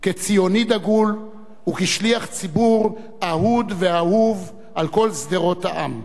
כציוני דגול וכשליח ציבור אהוד ואהוב על כל שדרות העם,